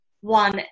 one